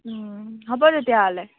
হ'ব তেতিয়াহ'লে